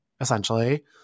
essentially